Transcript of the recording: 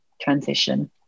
transition